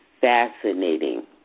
fascinating